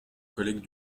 collègues